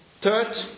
Third